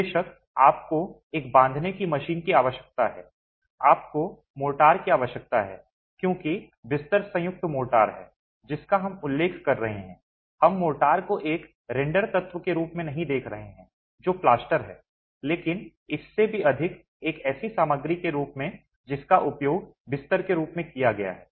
बेशक आपको एक बांधने की मशीन की आवश्यकता है आपको मोर्टार की आवश्यकता है क्योंकि बिस्तर संयुक्त मोर्टार है जिसका हम उल्लेख कर रहे हैं हम मोर्टार को एक रेंडर तत्व के रूप में नहीं देख रहे हैं जो प्लास्टर है लेकिन इससे भी अधिक एक ऐसी सामग्री के रूप में जिसका उपयोग बिस्तर के रूप में किया जाता है